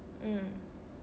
mm